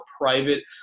private